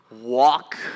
walk